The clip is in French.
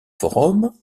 forums